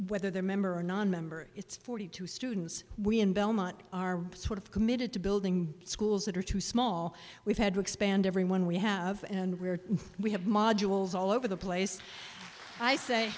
whether they're member or nonmember it's forty two students we in belmont are sort of committed to building schools that are too small we've had to expand everyone we have and where we have modules all over the place i say